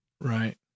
right